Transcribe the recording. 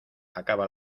acaba